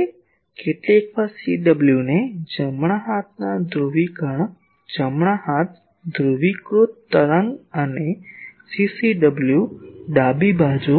હવે કેટલીકવાર CW ને જમણા હાથના ધ્રુવીકરણ જમણા હાથ ધ્રુવીકૃત તરંગ અને CCW ડાબી બાજુ